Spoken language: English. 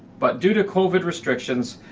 but due to covid restrictions,